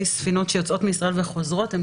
ספינות שיוצאות מישראל וחוזרות לישראל.